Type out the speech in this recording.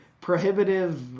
prohibitive